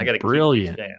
brilliant